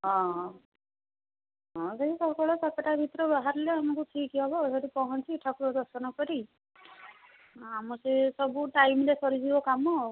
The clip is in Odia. ହଁ ହଁ ହଁ ସେଇ ସକାଳ ସାତଟା ଭିତରେ ବାହାରିଲେ ଆମକୁ ଠିକ୍ ହେବ ସେଇଠି ପହଞ୍ଚି ଠାକୁର ଦର୍ଶନ କରି ଆମ ସେ ସବୁ ଟାଇମ୍ରେ ସରିଯିବ କାମ ଆଉ